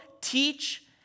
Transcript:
teach